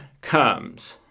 comes